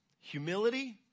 humility